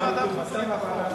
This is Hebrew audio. לוועדת החוץ והביטחון.